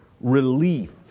relief